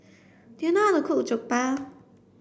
do you know how to cook Jokbal